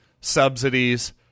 subsidies